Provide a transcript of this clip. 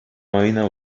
marina